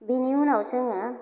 बेनि उनाव जोङो